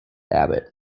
abbot